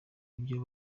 ibyo